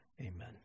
amen